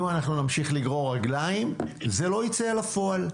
אם אנחנו נמשיך לגרור רגליים זה לא יצא לפועל.